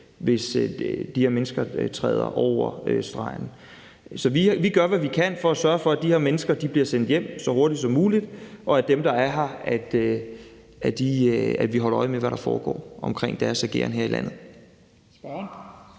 hvis de her mennesker træder over stregen. Vi gør, hvad vi kan, for at sørge for, at de her mennesker bliver sendt hjem så hurtigt som muligt, og vi holder øje med, hvad der foregår med dem, der er her, og deres ageren her i landet.